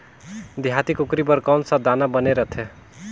देहाती कुकरी बर कौन सा दाना बने रथे?